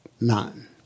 none